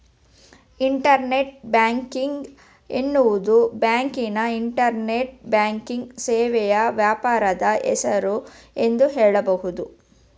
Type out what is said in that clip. internet banking ಎನ್ನುವುದು ಬ್ಯಾಂಕಿನ internet banking ಸೇವೆಯ ವ್ಯಾಪಾರದ ಹೆಸರು ಎಂದು ಹೇಳಬಹುದು